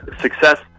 success